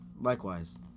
Likewise